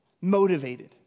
motivated